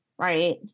Right